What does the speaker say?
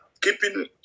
keeping